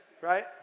Right